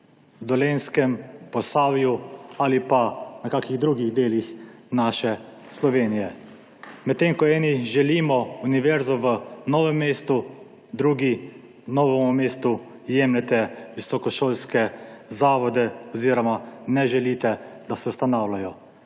Dolenjski, Posavju ali pa v kakih drugih delih naše Slovenije. Medtem ko nekateri želimo univerzo v Novem mestu, drugi Novemu mestu jemljete visokošolske zavode oziroma ne želite, da se ustanavljajo.